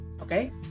okay